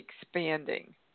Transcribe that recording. expanding